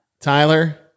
Tyler